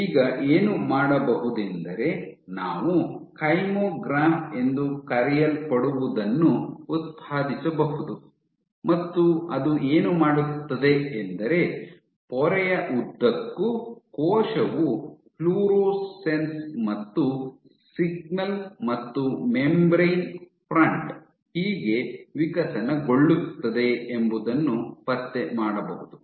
ಈಗ ಏನು ಮಾಡಬಹುದೆಂದರೆ ನಾವು ಕೈಮೊಗ್ರಾಫ್ ಎಂದು ಕರೆಯಲ್ಪಡುವದನ್ನು ಉತ್ಪಾದಿಸಬಹುದು ಮತ್ತು ಅದು ಏನು ಮಾಡುತ್ತದೆ ಎಂದರೆ ಪೊರೆಯ ಉದ್ದಕ್ಕೂ ಕೋಶವು ಫ್ಲೋರೊಸೆನ್ಸ್ ಮತ್ತು ಸಿಗ್ನಲ್ ಮತ್ತು ಮೆಂಬರೇನ್ ಫ್ರಂಟ್ ಹೇಗೆ ವಿಕಸನಗೊಳ್ಳುತ್ತದೆ ಎಂಬುದನ್ನು ಪತ್ತೆ ಮಾಡುತ್ತದೆ